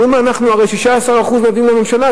אומרים: אנחנו הרי 16% נותנים לממשלה,